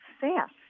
fast